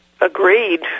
agreed